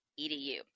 Edu